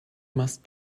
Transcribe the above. must